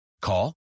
Call